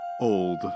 old